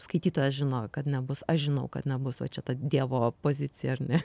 skaitytojas žino kad nebus aš žinau kad nebus va čia ta dievo pozicija ar ne